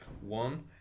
One